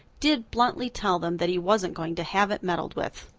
did bluntly tell them that he wasn't going to have it meddled with.